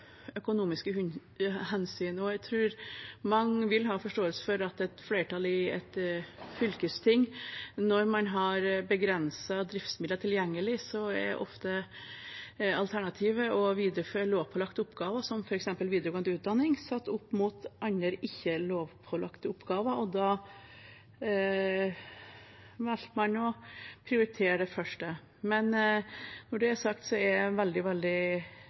økonomiske hensyn. Jeg tror mange vil ha forståelse for at et flertall i et fylkesting, når man har begrensede driftsmidler tilgjengelig og alternativet ofte er å videreføre lovpålagte oppgaver, som f.eks. videregående utdanning, satt opp mot andre, ikke lovpålagte oppgaver, da velger å prioritere det første. Men når det er sagt, er jeg veldig, veldig